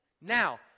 Now